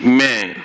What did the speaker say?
Amen